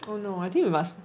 oh no I think we must